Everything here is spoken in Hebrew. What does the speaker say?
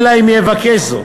אלא אם יבקש זאת.